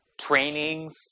trainings